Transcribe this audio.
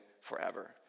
forever